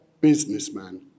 businessman